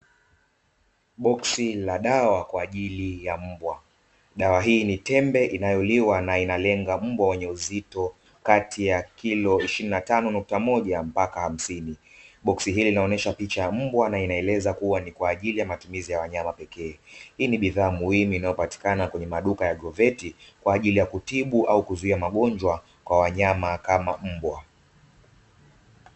Boksi la dawa kwa ajili ya mbwa dawa hii ni tembe inayoliwa na inalenga mbwa wenye uzito kati ya kilo 25.1 mpaka hamsini boksi hili linaonyesha picha ya mbwa na inaeleza kuwa ni kwa ajili ya matumizi ya wanyama pekee hii ni bidhaa muhimu inayopatikana kwenye maduka ya goveti kwa ajili ya kutibu au kuzuia magonjwa kwa wanyama kama mbwa.